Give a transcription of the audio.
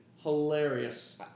Hilarious